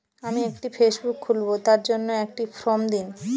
আমি একটি ফেসবুক খুলব তার জন্য একটি ফ্রম দিন?